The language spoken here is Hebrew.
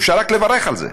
אפשר רק לברך על זה,